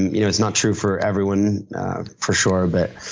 you know it's not true for everyone for sure, but.